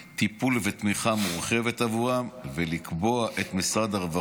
טיפול ותמיכה מורחבת עבורם ולקבוע את משרד הרווחה